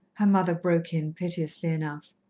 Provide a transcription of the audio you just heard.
her mother broke in, piteously enough.